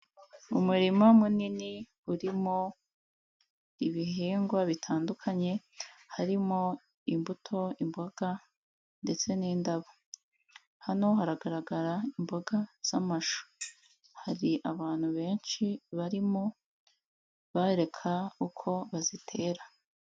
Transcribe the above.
Umurima munini urimo ibihingwa bitandukanye, harimo imbuto, imboga ndetse n'indabo. Hano hagaragara imboga z'amashu, hari abantu benshi barimo bareka uko bazitera.